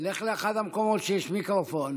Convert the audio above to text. לך לאחד המקומות שיש בהם מיקרופון